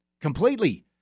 Completely